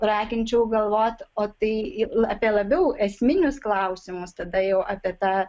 raginčiau galvoti o tai apie labiau esminius klausimus tada jau apie tą